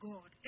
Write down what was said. God